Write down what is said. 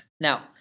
Now